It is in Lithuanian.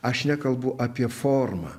aš nekalbu apie formą